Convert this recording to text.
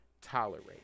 tolerate